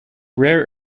rare